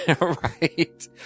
right